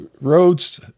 Roads